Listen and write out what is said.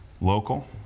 Local